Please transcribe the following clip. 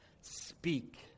Speak